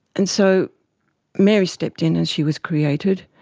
and so mary stepped in and she was created.